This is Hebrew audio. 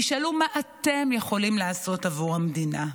תשאלו מה אתם יכולים לעשות עבור המדינה.